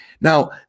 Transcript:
Now